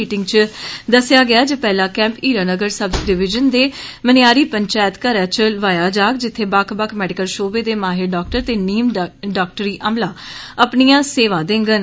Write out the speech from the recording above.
meeting च दस्सेआ गेआ जे पैहला कैम्प हीरानगर सव डिविजन दे मनियारी पंचैत घरै च लोआया जाग जित्थें बक्ख बक्ख मैडिकल शोबें दे माहिर डाक्टर ते नीम डाक्टरी अमला अपनियां सेवां देंगन